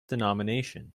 denomination